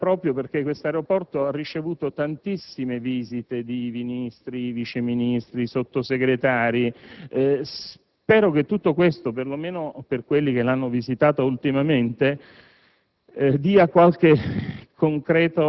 per amore di polemica) che questo aeroporto ha ricevuto tantissime visite di Ministri, Vice ministri e Sottosegretari. Ebbene, spero che tutto questo, per lo meno per quelli che l'hanno visitato ultimamente,